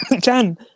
Jan